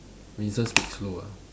Winston speak slow ah